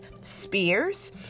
spears